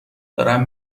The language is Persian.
دارم